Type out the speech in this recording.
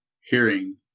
hearing